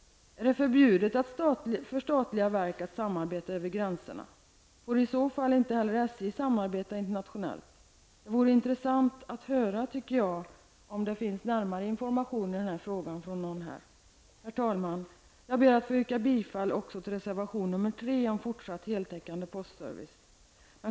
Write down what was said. Är det förbjudet för statliga verk att samarbeta över gränserna? Får i så fall inte heller SJ samarbeta internationellt? Det vore intressant att få höra från någon om det finns närmare information i denna fråga. Herr talman! Jag ber att få yrka bifall också till reservation nr 3 om fortsatt heltäckande postservice.